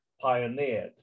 pioneered